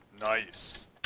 Nice